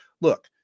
look